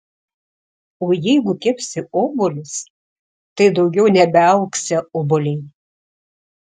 o jeigu kepsi obuolius tai daugiau nebeaugsią obuoliai